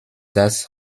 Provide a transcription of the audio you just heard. das